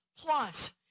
Plus